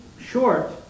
short